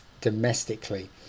domestically